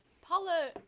Paula